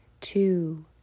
two